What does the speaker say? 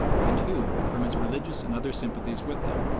and who, from his religious and other sympathies with them,